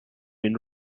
been